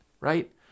Right